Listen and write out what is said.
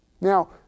Now